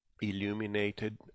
illuminated